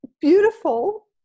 beautiful